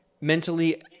mentally